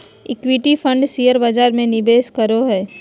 equity fund share बजार में निवेश करो हइ